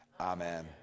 Amen